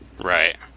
right